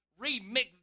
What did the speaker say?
Remix